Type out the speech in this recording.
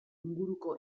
inguruko